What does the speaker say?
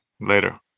Later